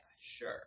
sure